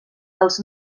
els